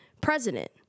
president